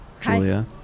Julia